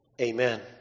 Amen